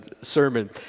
sermon